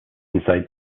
inside